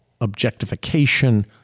objectification